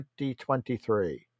2023